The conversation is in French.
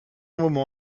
moment